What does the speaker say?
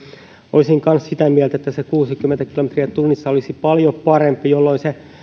olisin kanssa sitä mieltä että se kuusikymmentä kilometriä tunnissa olisi paljon parempi jolloin